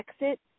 exit